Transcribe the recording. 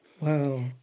Wow